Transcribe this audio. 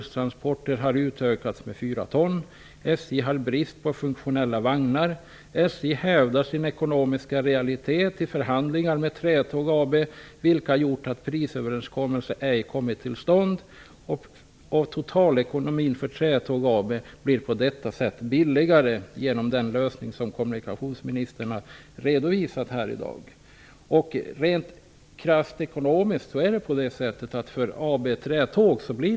SJ har brist på funktionella vagnar. 4. Totalekonomin för Trätåg AB blir på detta sätt billigare.'' Med det sista avses att det blir billigare vid den lösning som kommunikationsministern har redovisat här i dag. Krasst ekonomiskt blir det alltså billigare för Trätåg AB.